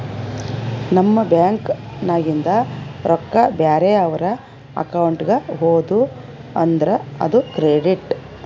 ನಮ್ ಬ್ಯಾಂಕ್ ನಾಗಿಂದ್ ರೊಕ್ಕಾ ಬ್ಯಾರೆ ಅವ್ರ ಅಕೌಂಟ್ಗ ಹೋದು ಅಂದುರ್ ಅದು ಕ್ರೆಡಿಟ್